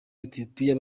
ethiopia